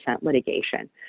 litigation